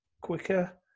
quicker